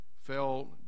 fell